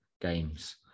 games